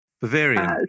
Bavarian